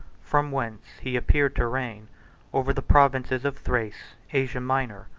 from whence he appeared to reign over the provinces of thrace, asia minor,